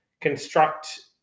construct